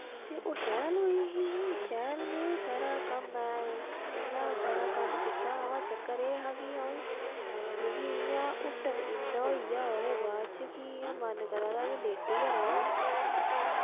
ते ओह् शैल होई ही शैल में सारा कम्म इ'यां सारा कम्म कीता व चक्कर एह् कि अ'ऊं मिगी इ'यां हुट्टन इन्ना होई गेआ ओह्दे बाद कि इ'यां मन करादा कि लेटी गै रमांह्